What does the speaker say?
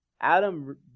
Adam